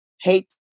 hate